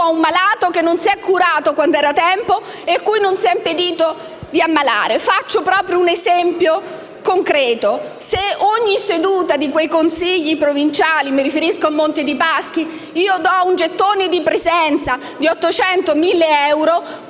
malato che non si è curato quando era tempo e a cui non si è impedito di ammalarsi. Faccio un esempio concreto: se ad ogni seduta di quei consigli provinciali - mi riferisco al Montepaschi - si dà un gettone di presenza di 800-1.000 euro, poi